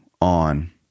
on